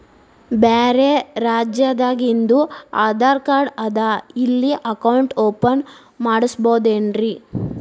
ಬ್ಯಾರೆ ರಾಜ್ಯಾದಾಗಿಂದು ಆಧಾರ್ ಕಾರ್ಡ್ ಅದಾ ಇಲ್ಲಿ ಅಕೌಂಟ್ ಓಪನ್ ಮಾಡಬೋದೇನ್ರಿ?